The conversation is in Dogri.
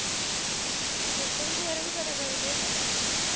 दोस्तें बगैरा बी पता करी लेआ